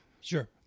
sure